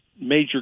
major